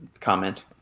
comment